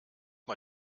mal